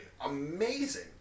amazing